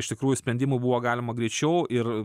iš tikrųjų sprendimų buvo galima greičiau ir